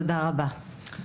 תודה רבה.